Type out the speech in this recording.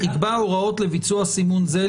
"יקבע הוראות לביצוע סימן זה,